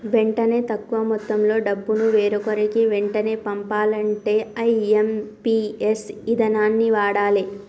వెంటనే తక్కువ మొత్తంలో డబ్బును వేరొకరికి వెంటనే పంపాలంటే ఐ.ఎమ్.పి.ఎస్ ఇదానాన్ని వాడాలే